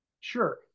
Sure